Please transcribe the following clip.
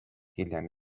hiljem